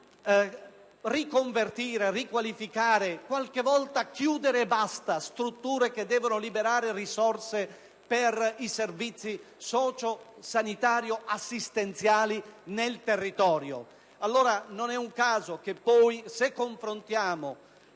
riconvertire, riqualificare, talvolta anche soltanto chiudere strutture che consentano di liberare risorse per i servizi socio-sanitari assistenziali nel territorio. Non è un caso che poi, se si confronta